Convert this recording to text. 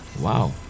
wow